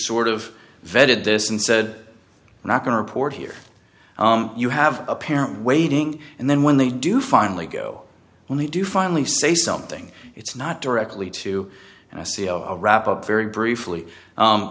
vetted this and said we're not going to report here you have a parent waiting and then when they do finally go when they do finally say something it's not directly to wrap up very briefly